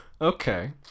okay